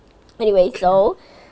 anyway so